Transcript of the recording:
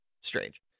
strange